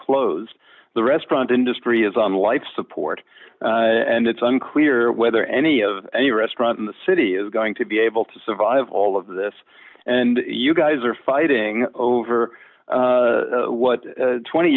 closed the restaurant industry is on life support and it's unclear whether any of any restaurant in the city is going to be able to survive all of this and you guys are fighting over what twenty